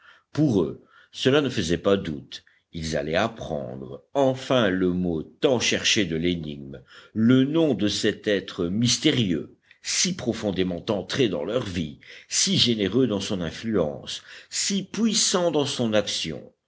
pour eux cela ne faisait pas doute ils allaient apprendre enfin le mot tant cherché de l'énigme le nom de cet être mystérieux si profondément entré dans leur vie si généreux dans son influence si puissant dans son action